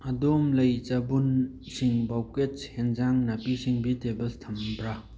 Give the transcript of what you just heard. ꯑꯗꯣꯝ ꯂꯩ ꯆꯕꯨꯟꯁꯤꯡ ꯕꯣꯀꯦꯠꯁ ꯍꯦꯟꯖꯥꯡ ꯅꯥꯄꯤꯁꯤꯡ ꯚꯤꯖꯤꯇꯦꯕꯜꯁ ꯊꯝꯕ꯭ꯔꯥ